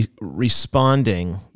responding